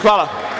Hvala.